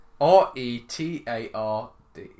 R-E-T-A-R-D